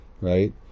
right